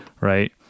right